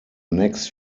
next